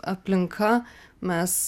aplinka mes